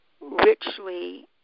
richly